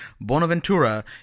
Bonaventura